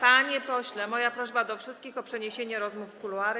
Panie pośle, moja prośba do wszystkich o przeniesienie rozmów w kuluary.